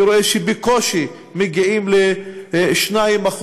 אני רואה שבקושי מגיעים ל-2%.